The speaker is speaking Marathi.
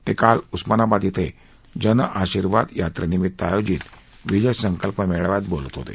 ते काल उस्मानाबाद येथे जनआशीर्वाद यात्रेनिमित्त आयोजित विजय संकल्प मेळाव्यात बोलत होते